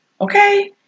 Okay